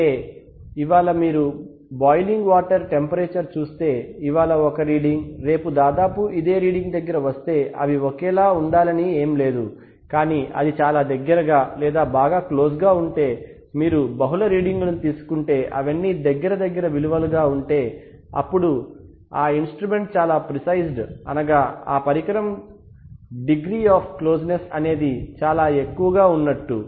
అంటే ఇవాళ మీరు బోయిలింగ్ వాటర్ టెంపరచర్ చూస్తే ఇవాళ ఒక రీడింగ్ రేపు దాదాపు ఇదే రీడింగ్ దగ్గర వస్తే అవి ఒకటే లా ఉండాలని ఏం లేదు కానీ అది చాలా దగ్గరగా లేదా బాగా క్లోజ్ గా ఉంటే మీరు బహుళ రీడింగులను తీసుకుంటే అవన్నీ దగ్గర విలువలుగా ఉంటే అప్పుడు ఆ ఇన్స్ట్రుమెంట్ చాలా ప్రిసైజ్ అనగా ఆ పరికరము డిగ్రీ ఆఫ్ క్లోజ్ నేస్స్ అనేది చాలా ఎక్కువగా ఉన్నట్టు